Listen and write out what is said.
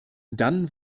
dann